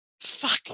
Fuck